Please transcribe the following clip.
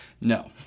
No